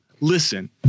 Listen